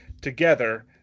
together